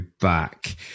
back